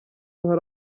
hari